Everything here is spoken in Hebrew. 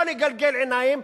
לא נגלגל עיניים,